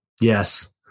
Yes